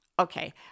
Okay